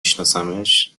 شناسمش